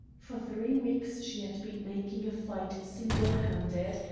for three weeks she had been making a fight single-handed.